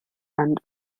and